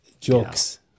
jokes